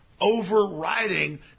overriding